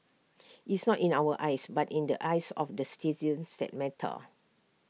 it's not in our eyes but in the eyes of the citizens that matter